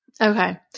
Okay